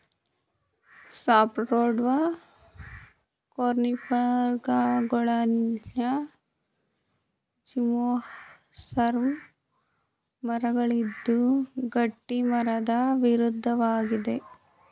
softwood ಕೋನಿಫರ್ಗಳಂತಹ gymnosperm ಮರವಾಗಿದ್ದು ಗಟ್ಟಿಮರದ ವಿರುದ್ಧವಾಗಿದೆ